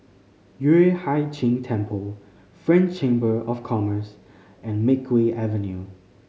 Yueh Hai Ching Temple French Chamber of Commerce and Makeway Avenue